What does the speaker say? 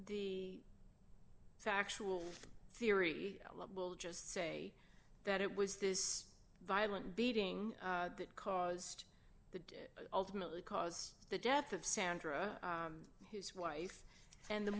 the factual theory will just say that it was this violent beating that caused ultimately caused the death of sandra his wife and the